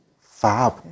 Fab